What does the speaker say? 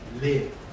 live